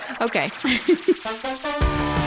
Okay